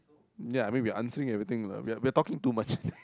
ya I mean we are answering everything lah we are talking too much